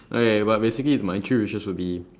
okay but basically my three wishes would be